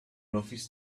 office